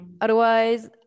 Otherwise